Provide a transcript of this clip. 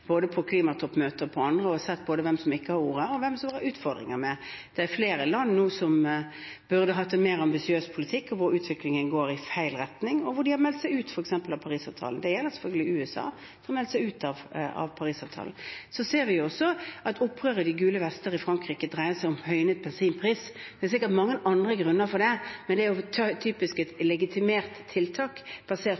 både på klimatoppmøtet og på annet og sett både hvem som ikke har hatt ordet, og hvem det er utfordringer med. Det er flere land nå som burde hatt en mer ambisiøs politikk, og der utviklingen går i feil retning, og de har f.eks. meldt seg ut av Parisavtalen. Det gjelder selvfølgelig USA, som har meldt seg ut av Parisavtalen. Så ser vi også at opprøret fra de gule vestene i Frankrike dreier seg om høynet bensinpris. Det er sikkert mange andre grunner til det, men det er jo typisk et